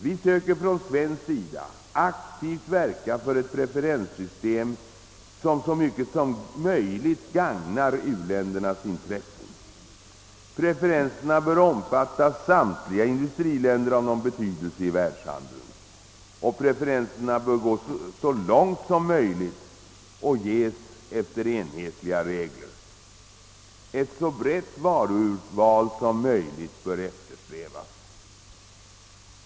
Vi söker från svensk sida aktivt verka för ett preferenssystem som så mycket som möjligt gagnar u-ländernas intressen. Preferenserna bör omfatta samtliga industriländer av någon betydelse i världshandeln. Preferenserna bör gå så långt som möjligt och ges efter enhetliga regler. Ett så brett varuurval som möjligt bör eftersträvas.